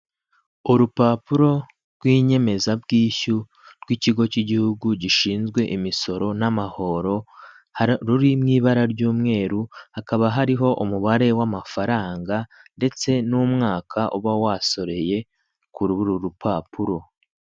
Urupapuro rw'inyemezabwishyu rw'ikigo cy'igihugu gishinzwe imisoro n'amahoro ruri mu ibara ry'umweru hakaba hariho umubare w'amafaranga ndetse n'umwaka uba wasoreye kuri uru rupapuro.